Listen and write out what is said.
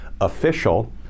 official